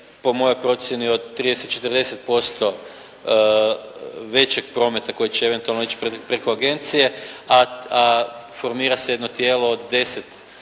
po mojoj procjeni od 30, 40% većeg prometa koji će eventualno ići preko agencije a formira se jedno tijelo od 10